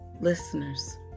listeners